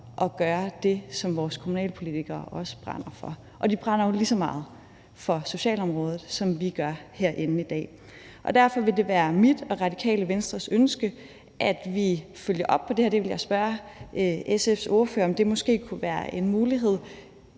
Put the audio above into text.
at gøre det, som vores kommunalpolitikere også brænder for. Og de brænder jo lige så meget for socialområdet, som vi gør herinde i dag. Derfor vil det være mit og Radikale Venstres ønske, at vi følger op på det her. Jeg vil spørge SF's ordfører, om det måske kunne være en mulighed,